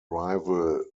rival